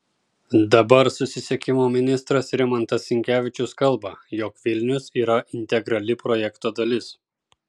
dabar susisiekimo ministras rimantas sinkevičius kalba jog vilnius yra integrali projekto dalis